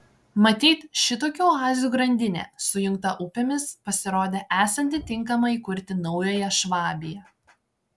matyt šitokių oazių grandinė sujungta upėmis pasirodė esanti tinkama įkurti naująją švabiją